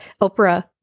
Oprah